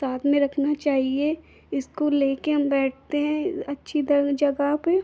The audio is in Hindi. साथ में रखना चाहिए इस्कूल लेकर हम बैठते हैं अच्छी ज जगह पर